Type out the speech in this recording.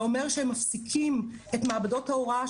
זה אומר שהם מפסיקים את מעבדות ההוראה,